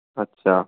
अच्छा